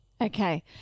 Okay